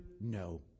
no